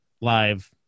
live